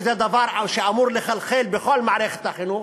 שזה דבר שאמור לחלחל בכל מערכת החינוך,